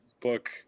book